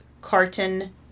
Carton